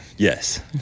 Yes